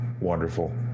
wonderful